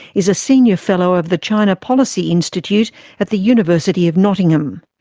is a senior fellow of the china policy institute at the university of nottingham.